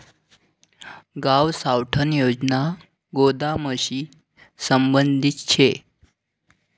गाव साठवण योजना गोदामशी संबंधित शे